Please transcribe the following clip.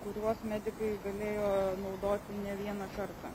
kuriuos medikai galėjo naudoti ne vieną kartą